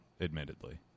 admittedly